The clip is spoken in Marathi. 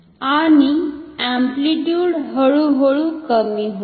आणि अम्प्लिट्युड हळुहळू कमी होईल